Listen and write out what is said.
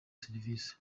serivisi